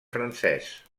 francès